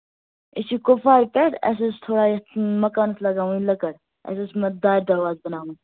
أسۍ چھِ کُپوارِ پٮ۪ٹھ اَسہِ ٲس تھوڑا یَتھ مَکانَس لَگاوٕنۍ لٔکٕر اَسہِ اوس یِمَن دارِ دروازٕ بَناوُن